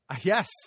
Yes